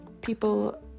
people